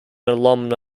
alumna